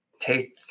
take